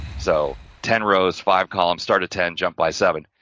so, ten rows five columns, start at ten jump by seven,